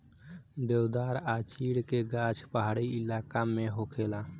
देवदार आ चीड़ के गाछ पहाड़ी इलाका में होखेला